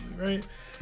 right